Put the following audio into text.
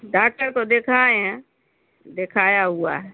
doctor کو دکھائے ہیں دکھایا ہوا ہے